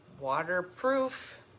waterproof